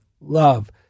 love